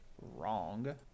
wrong